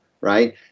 right